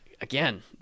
Again